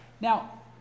Now